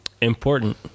Important